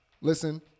Listen